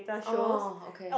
oh okay